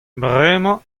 bremañ